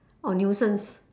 or nuisance